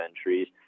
entries